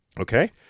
Okay